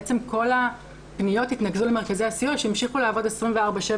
בעצם כל הפניות התנקזו למרכזי הסיוע שהמשיכו לעבוד 24/7